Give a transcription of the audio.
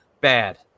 bad